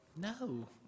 No